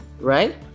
Right